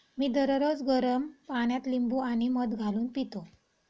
मी दररोज गरम पाण्यात लिंबू आणि मध घालून पितो